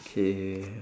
K